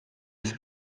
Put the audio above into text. ezer